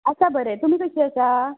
आसा बरें तुमी कशी आसा